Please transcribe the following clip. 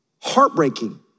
heartbreaking